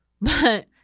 but-